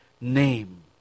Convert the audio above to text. name